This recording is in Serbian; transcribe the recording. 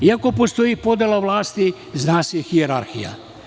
Iako postoji podela vlasti, zna se hijerarhija.